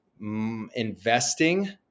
investing